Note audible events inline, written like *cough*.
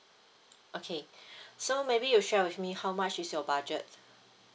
okay *breath* so maybe you share with me how much is your budget